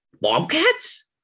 Bobcats